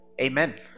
Amen